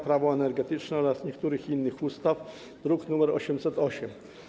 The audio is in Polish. Prawo energetyczne oraz niektórych innych ustaw, druk nr 808.